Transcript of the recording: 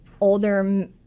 older